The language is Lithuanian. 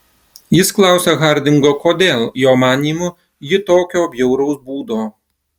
jis klausia hardingo kodėl jo manymu ji tokio bjauraus būdo